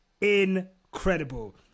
incredible